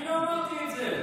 אני לא אמרתי את זה.